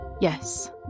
Yes